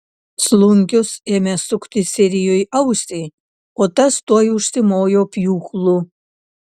slunkius ėmė sukti sirijui ausį o tas tuoj užsimojo pjūklu